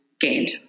gained